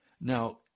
Now